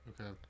Okay